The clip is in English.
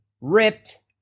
ripped